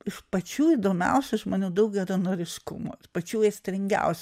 iš pačių įdomiausių žmonių daug geranoriškumo iš pačių aistringiausių